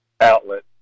outlet